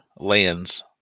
lands